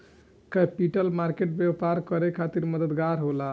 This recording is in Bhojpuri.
कैपिटल मार्केट व्यापार करे खातिर मददगार होला